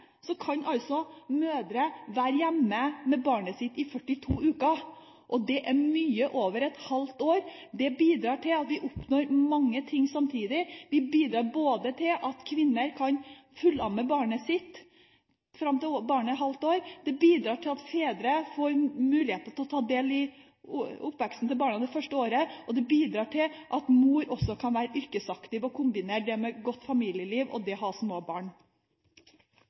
mødre være hjemme med barnet sitt i 42 uker. Det er mye mer enn et halvt år. Det bidrar til å oppnå mange ting samtidig. Det bidrar til at kvinner kan fullamme barnet sitt fram til barnet er et halvt år. Det bidrar til at fedre får mulighet til å ta del i barnets oppvekst det første året, og det bidrar til at mor også kan være yrkesaktiv og kombinere det med et godt familieliv og det å ha små barn.